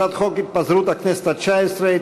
הצעת חוק התפזרות הכנסת התשע-עשרה,